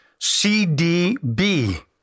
CDB